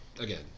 Again